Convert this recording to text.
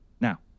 Now